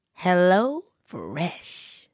HelloFresh